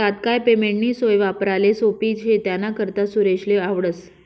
तात्काय पेमेंटनी सोय वापराले सोप्पी शे त्यानाकरता सुरेशले आवडस